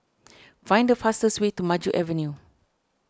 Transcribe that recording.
find the fastest way to Maju Avenue